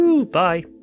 Bye